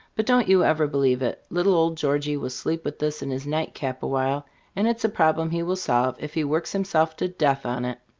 but don't you ever believe it! little old georgie will sleep with this in his night cap awhile, and it's a problem he will solve if he works himself to death on it.